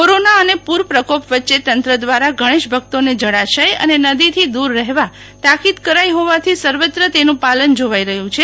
corona અને પૂર પ્રકોપ વચ્ચે તંત્ર દ્વારા ગણેશ ભક્તો ને જળાશય અને નદી થી દૂર રહેવા તાકીદ કરાઇ હોવાથી સર્વત્ર તેનું પાલન જોવાઈ રહ્યું છે